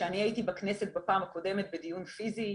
כשאני הייתי בכנסת בפעם הקודמת בדיון פיזי,